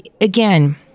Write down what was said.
again